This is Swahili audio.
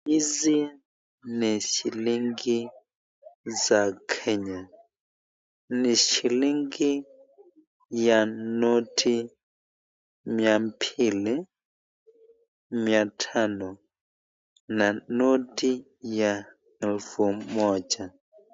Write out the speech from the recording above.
Hizi ni shilingi za Kenya. Ni shilingi ya noti mia mbili, mia tano na noti ya elfu moja.